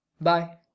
bye